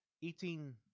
eating